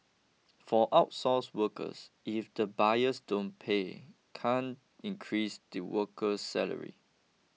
for outsourced workers if the buyers don't pay can't increase the worker's salary